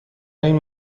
این